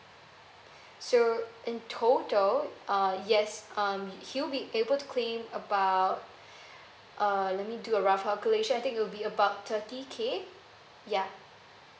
so in total uh yes um he will be able to claim about uh let me do a rough calculation I think it will be about thirty K ya